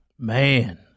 Man